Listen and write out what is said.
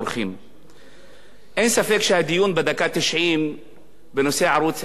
אין ספק שהדיון בדקה התשעים בנושא ערוץ-10 הוא לא מכובד